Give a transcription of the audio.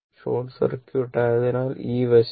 short circuit ആയതിനാൽ ഈ വശം